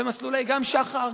גם במסלולי שח"ר,